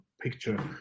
picture